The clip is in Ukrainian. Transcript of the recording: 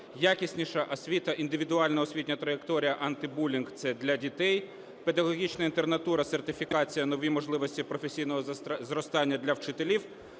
якісніша освіта, індивідуальна освітня траєкторія, антибулінг – це для дітей; педагогічна інтернатура, сертифікація, нові можливості професійного зростання для вчителів;